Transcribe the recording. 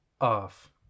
off